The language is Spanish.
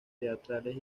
teatrales